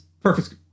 perfect